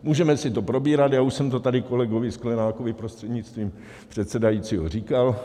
Můžeme si to probírat, já už jsem to tady kolegovi Sklenákovi, prostřednictvím předsedajícího, říkal.